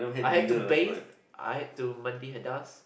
I had to bathe I had to mandi hadas